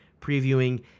previewing